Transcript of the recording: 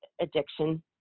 addiction